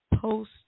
post